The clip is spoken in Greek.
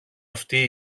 αυτοί